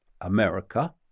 America